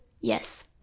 yes